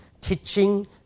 teaching